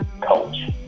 coach